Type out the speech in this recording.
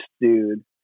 dude